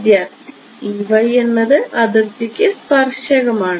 വിദ്യാർത്ഥി എന്നത് അതിർത്തിക്ക് സ്പർശകമാണ്